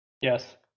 Yes